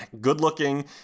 good-looking